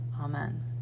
Amen